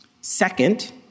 Second